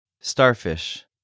Starfish